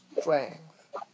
strength